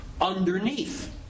underneath